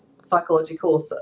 psychological